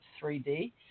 3D